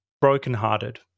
brokenhearted